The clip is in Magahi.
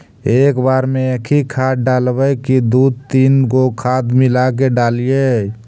एक बार मे एकही खाद डालबय की दू तीन गो खाद मिला के डालीय?